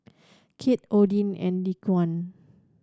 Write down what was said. Kieth Odie and Dequan